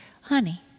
Honey